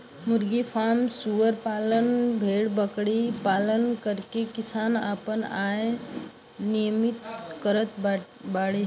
मुर्गी फ्राम सूअर पालन भेड़बकरी पालन करके किसान आपन आय निर्मित करत बाडे